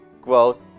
growth